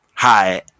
Hi